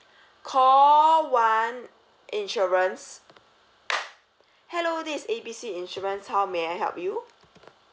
call one insurance hello this is A B C insurance how may I help you